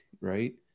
Right